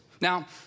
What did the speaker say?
Now